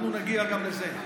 אנחנו נגיע גם לזה.